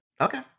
okay